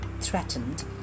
threatened